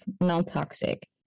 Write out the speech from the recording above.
non-toxic